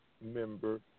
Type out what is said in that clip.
member